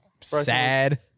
sad